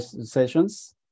sessions